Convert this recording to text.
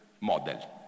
model